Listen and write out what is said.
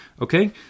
Okay